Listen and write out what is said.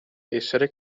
essere